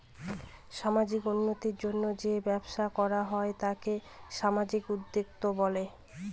সামাজিক উন্নতির জন্য যেই ব্যবসা করা হয় তাকে সামাজিক উদ্যোক্তা বলে